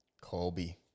Colby